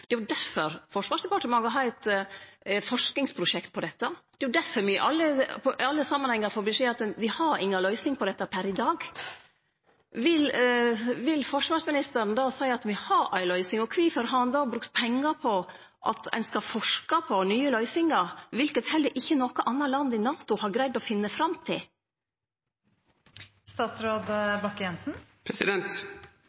Det er difor Forsvarsdepartementet har eit forskingsprosjekt på dette. Det er difor me i alle samanhengar får beskjed om at dei har inga løysing på dette per i dag. Vil forsvarsministeren seie at me har ei løysing, og kvifor har han då brukt pengar på at ein skal forske på nye løysingar – noko heller ingen andre land i NATO har greidd å finne fram